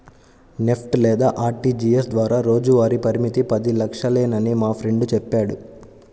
NEFT లేదా RTGS ద్వారా రోజువారీ పరిమితి పది లక్షలేనని మా ఫ్రెండు చెప్పాడు